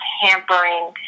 hampering